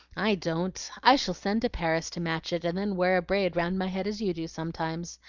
i don't! i shall send to paris to match it, and then wear a braid round my head as you do sometimes.